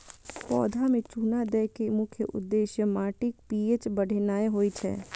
पौधा मे चूना दै के मुख्य उद्देश्य माटिक पी.एच बढ़ेनाय होइ छै